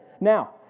Now